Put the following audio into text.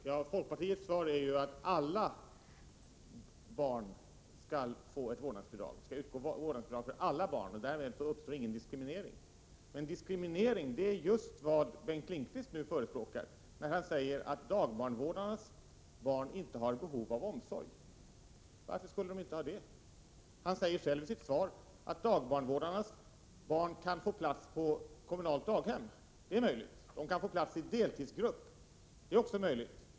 Herr talman! Folkpartiets svar är att det skall utgå vårdnadsbidrag för alla barn. Därmed uppstår ingen diskriminering. Men diskrimineringar är just vad Bengt Lindqvist förespråkar när han säger att dagbarnvårdarnas barn inte har behov av omsorg. Varför skulle de inte ha det? Statsrådet säger själv i sitt svar att dagbarnvårdarnas barn kan få plats på kommunalt daghem — det är möjligt. De kan få plats i deltidsgrupp — det är också möjligt.